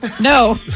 No